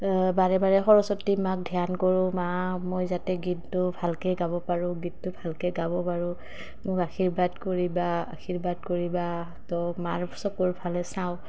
বাৰে বাৰে সৰস্বতী মাক ধ্যান কৰোঁ মা মই যাতে গীতটো ভালকৈ গাব পাৰোঁ গীতটো ভালকৈ গাব পাৰোঁ মোক আশীৰ্বাদ কৰিবা আশীৰ্বাদ কৰিবা তো মাৰ চকুৰফালে চাওঁ